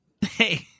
Hey